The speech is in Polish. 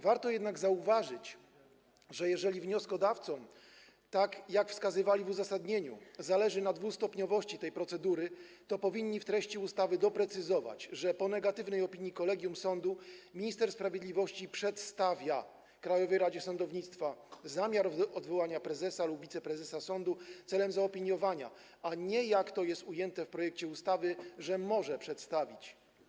Warto jednak zauważyć, że jeżeli wnioskodawcom, tak jak wskazywali w uzasadnieniu, zależy na dwustopniowości tej procedury, to powinni w treści ustawy doprecyzować, że po wyrażeniu negatywnej opinii przez kolegium sądu minister sprawiedliwości przedstawia Krajowej Radzie Sądownictwa zamiar odwołania prezesa lub wiceprezesa sądu celem zaopiniowania, a nie, jak to jest ujęte w projekcie ustawy, może przedstawić.